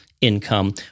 income